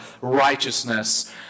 righteousness